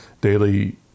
daily